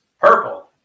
purple